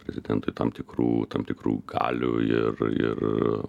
prezidentui tam tikrų tam tikrų galių ir ir